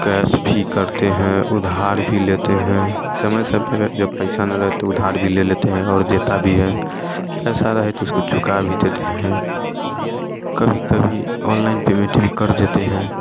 cash भी करते हैं उधार भी लेते हैं समय समय पर जब पैसा ना रहे तो उधार भी ले लेते हैं और देता भी है पैसा रहे तो उसको चुका भी देते हैं कभी कभी ऑनलाइन पेमेंट भी कर देते हैं